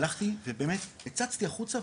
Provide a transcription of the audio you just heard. הלכתי ובאמת הצצתי החוצה,